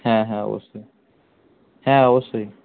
হ্যাঁ হ্যাঁ অবশ্যই হ্যাঁ অবশ্যই